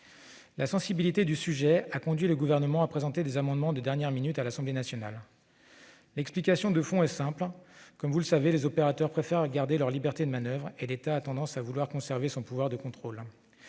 La sensibilité du sujet a conduit le Gouvernement à présenter des amendements de dernière minute à l'Assemblée nationale. L'explication de fond est simple : comme vous le savez, les opérateurs préfèrent garder leur liberté de manoeuvre et l'État a tendance à vouloir conserver son pouvoir de contrôle.